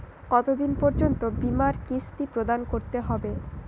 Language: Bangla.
কতো দিন পর্যন্ত বিমার কিস্তি প্রদান করতে হবে?